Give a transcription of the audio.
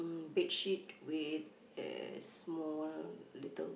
bedsheet with the small little